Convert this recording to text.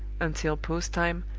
until post time,